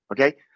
okay